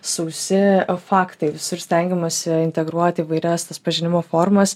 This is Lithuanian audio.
sausi faktai visur stengiamasi integruoti įvairias tas pažinimo formas